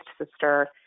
sister